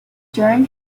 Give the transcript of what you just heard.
during